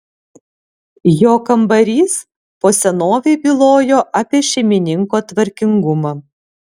jo kambarys po senovei bylojo apie šeimininko tvarkingumą